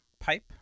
pipe